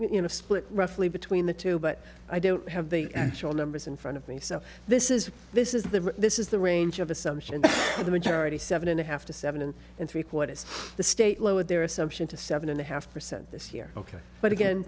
you know split roughly between the two but i don't have the actual numbers in front of me so this is this is the this is the range of assumptions for the majority seven and a half to seven and three quarters of the state lowered their assumption to seven and a half percent this year ok but again